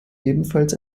ebenfalls